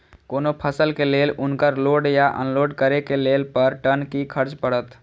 कोनो फसल के लेल उनकर लोड या अनलोड करे के लेल पर टन कि खर्च परत?